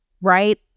right